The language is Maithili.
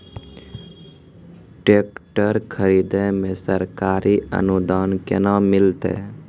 टेकटर खरीदै मे सरकारी अनुदान केना मिलतै?